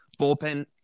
bullpen